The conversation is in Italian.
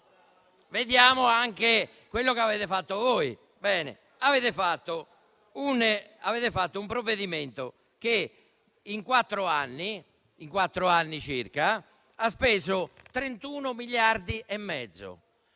Vediamo anche quello che avete fatto. Avete fatto un provvedimento che in circa quattro anni ha speso 31,5 miliardi: lo